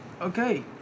okay